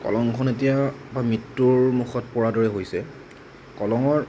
কলংখন এতিয়া মৃত্যুৰ মুখত পৰাৰ দৰে হৈছে কলঙৰ